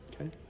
Okay